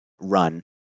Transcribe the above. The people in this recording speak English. run